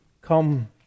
come